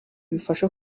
bifasha